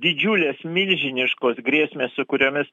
didžiulės milžiniškos grėsmės su kuriomis